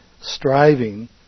striving